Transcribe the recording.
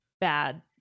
bad